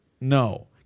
No